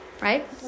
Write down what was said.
right